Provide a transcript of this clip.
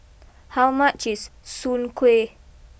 how much is Soon Kuih